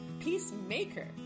Peacemaker